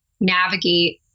navigate